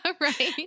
Right